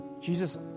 Jesus